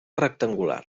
rectangular